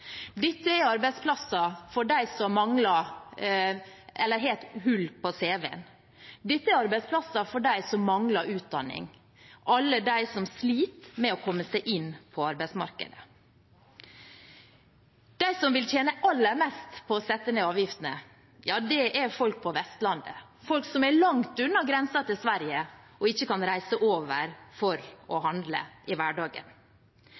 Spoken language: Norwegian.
Dette er arbeidsplasser for dem som har et hull i cv-en. Dette er arbeidsplasser for dem som mangler utdanning, for alle dem som sliter med å komme seg inn på arbeidsmarkedet. De som vil tjene aller mest på å sette ned avgiftene, er folk på Vestlandet – folk som er langt unna grensen til Sverige, og som ikke kan reise over for å handle i hverdagen.